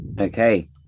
Okay